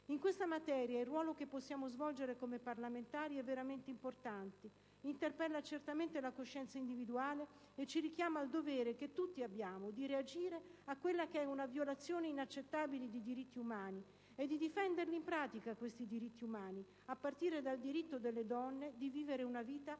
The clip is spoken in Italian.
In questa materia il ruolo che possiamo svolgere come parlamentari è veramente importante: interpella certamente la coscienza individuale e ci richiama al dovere che tutti abbiamo di reagire a una violazione inaccettabile di diritti umani e di difenderli nella pratica, a partire dal diritto delle donne di vivere una vita senza